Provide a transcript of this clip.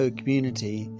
community